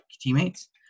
teammates